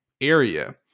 area